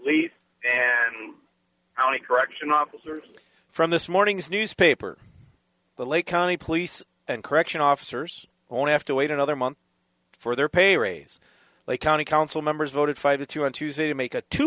lead and how many correctional officers from this morning's newspaper the lake county police and correction officers won't have to wait another month for their pay raise a county council members voted five to two on tuesday to make a two